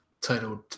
titled